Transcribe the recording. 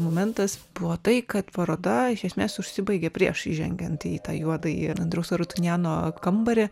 momentas buvo tai kad paroda iš esmės užsibaigė prieš įžengiant į tą juodąjį į andriaus arutinjano kambarį